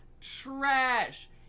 trash